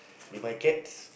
with my cats